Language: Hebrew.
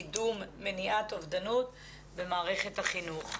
קידום מניעת אובדנות במערכת החינוך.